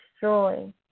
destroy